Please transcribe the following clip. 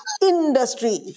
industry